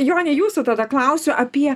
jone jūsų tada klausiu apie